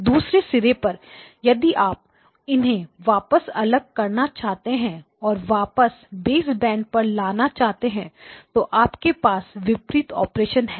दूसरे सिरे पर यदि आप इन्हें वापस अलग करना चाहे और वापस बेस बैंड पर लाना चाहे तो आपके पास विपरीत ऑपरेशन है